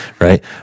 Right